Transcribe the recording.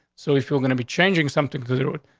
so if you're gonna be changing something to do it,